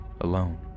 alone